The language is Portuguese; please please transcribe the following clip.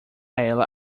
ela